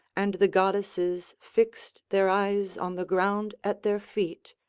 and the goddesses fixed their eyes on the ground at their feet,